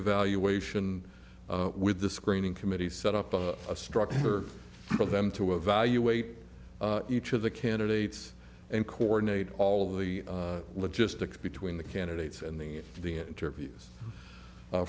evaluation with the screening committee set up on a structure for them to evaluate each of the candidates and coordinate all of the logistics between the candidates and then the